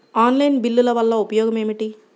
Online బిల్లుల వల్ల ఉపయోగమేమిటీ?